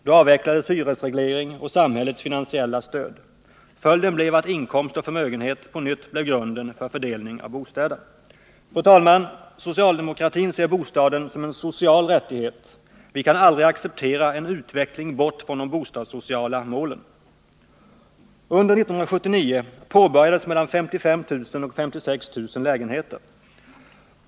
Då avvecklades hyresreglering och samhällets finansiella stöd. Följden blev att inkomst och förmögenhet på nytt blev grunden för fördelning av bostäder. Fru talman! Socialdemokratin ser bostaden som en social rättighet. Vi kan aldrig acceptera en utveckling bort från de bostadssociala målen. Under 1979 påbörjades mellan 55 000 och 56 000 lägenheter.